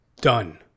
Done